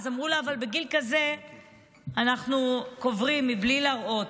אז אמרו: אבל בגיל כזה אנחנו קוברים מבלי להראות,